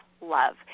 love